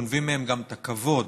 גונבים מהם גם את הכבוד.